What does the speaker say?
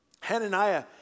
Hananiah